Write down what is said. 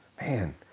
man